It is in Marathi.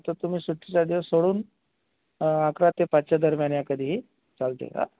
तर तुम्ही सुट्टीचा दिवस सोडून अकरा ते पाचच्या दरम्यान या कधीही चालते का